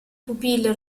pupille